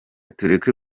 tureke